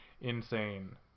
insane